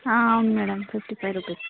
అవును madam fifty five rupees